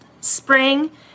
spring